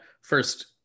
first